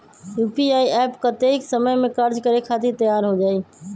UPI app कतेइक समय मे कार्य करे खातीर तैयार हो जाई?